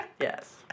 Yes